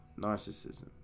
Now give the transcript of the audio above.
narcissism